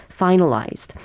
finalized